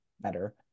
better